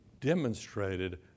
demonstrated